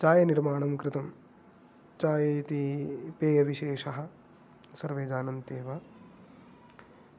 चायनिर्माणं कृतं चाये इति पेयविशेषः सर्वे जानन्त्येव